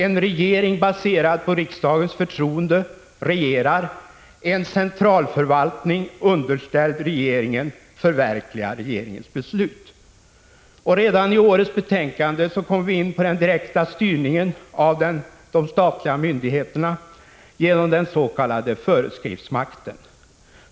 En regering baserad på riksdagens förtroende regerar. En centralförvaltning underställd regeringen förverkligar regeringens beslut. 21 Redan i årets betänkande kommer vi in på den direkta styrningen av de statliga myndigheterna genom den s.k. föreskriftsmakten.